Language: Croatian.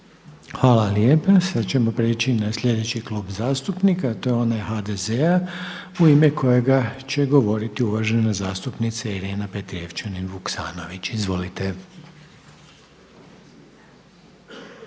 Hvala. Sada ćemo prijeći na sljedeći klub zastupnika, a to je onaj HDZ-a u ime kojega će govoriti uvažena zastupnica Irena Petrijevčanin Vuksanović. Izvolite.